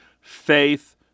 faith